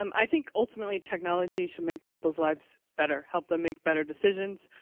um i think, ultimately, technology should make people's lives better. help them make better decisions.